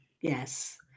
Yes